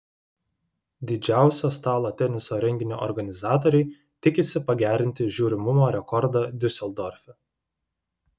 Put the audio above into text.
didžiausio stalo teniso renginio organizatoriai tikisi pagerinti žiūrimumo rekordą diuseldorfe